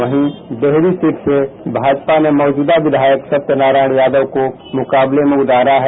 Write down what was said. वहीं डिहरी सीट से भाजपा ने मौजूदा विधायक सत्यनारायण यादव को मुकाबले में उतारा है